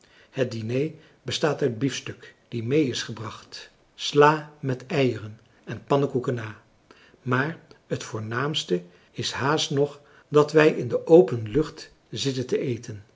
het diner bestaat uit biefstuk die mee is gebracht sla met eieren en pannekoeken na maar het voornaamste is haast nog dat wij in de open lucht zitten te eten